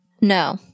no